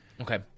Okay